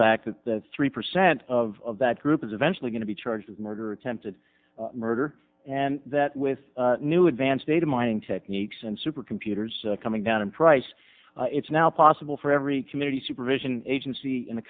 fact that that three percent of that group is eventually going to be charged with murder attempted murder and that with new advanced data mining techniques and supercomputers coming down in price it's now possible for every community supervision agency in the